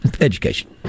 education